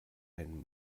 ein